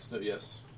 Yes